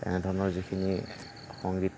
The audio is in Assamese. এনেধৰণৰ যিখিনি সংগীত